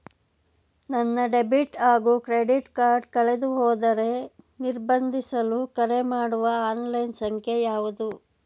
ನನ್ನ ಡೆಬಿಟ್ ಹಾಗೂ credit card ಕಳೆದುಹೋದರೆ ನಿರ್ಬಂಧಿಸಲು ಕರೆಮಾಡುವ ಆನ್ಲೈನ್ ಸಂಖ್ಯೆಯಾವುದು?